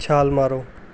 ਛਾਲ ਮਾਰੋ